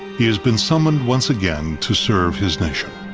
he has been summoned once again to serve his nation.